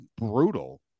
brutal